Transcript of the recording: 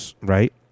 right